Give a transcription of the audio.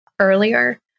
earlier